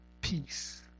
peace